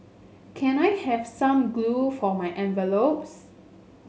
can I have some glue for my envelopes